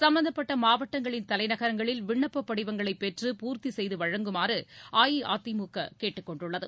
சும்பந்தப்பட்ட மாவட்டங்ளின் தலைநகரங்களில் விண்ணப்ப படிவங்களை பெற்று பூர்த்தி செய்து வழங்குமாறு அஇஅஇதிமுக கேட்டுக்கொண்டுள்ளது